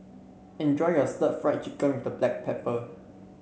enjoy your Stir Fried Chicken with Black Pepper